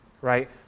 right